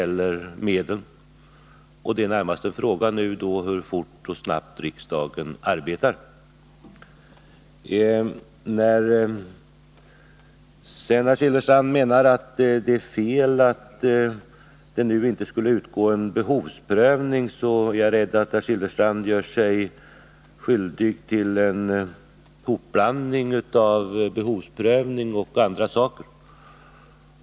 Det är nu närmast fråga om hur snabbt riksdagen arbetar. Jag är rädd för att herr Silfverstrand, när han säger att det är fel att det nu inte skall göras någon behovsprövning, gör sig skyldig till en hopblandning av behovsprövning och andra saker.